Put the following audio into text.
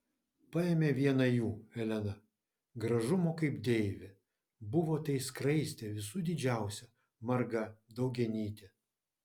paėmė vieną jų elena gražumo kaip deivė buvo tai skraistė visų didžiausia marga daugianytė